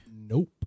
Nope